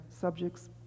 subjects